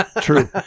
True